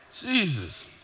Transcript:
Jesus